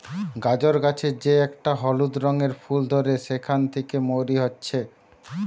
গাজর গাছের যে একটা হলুদ রঙের ফুল ধরে সেখান থিকে মৌরি হচ্ছে